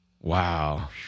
Wow